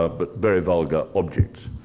ah but very vulgar, objects.